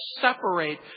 separate